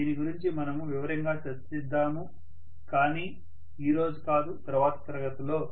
దీని గురించి మనము వివరంగా చర్చిద్దాము కానీ ఈ రోజు కాదు తరువాత తరగతిలో